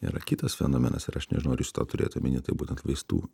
yra kitas fenomenas ir aš nežinau ar jūs tą turėjot omeny tai būtent vaistų